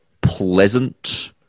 pleasant